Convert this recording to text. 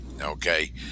okay